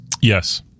Yes